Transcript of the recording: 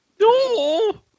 No